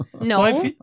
No